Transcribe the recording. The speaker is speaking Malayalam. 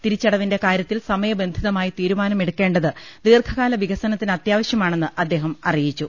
തിരിച്ചട വിന്റെ കാര്യത്തിൽ സമയബന്ധിതമായി തീരുമാനമെടുക്കേണ്ടത് ദീർഘകാല വികസനത്തിന് അത്യാവശ്യമാണെന്ന് അദ്ദേഹം അറി യിച്ചു